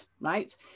right